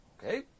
Okay